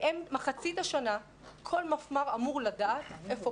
במחצית השנה כל מפמ"ר אמור לדעת איפה